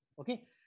Okay